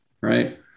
right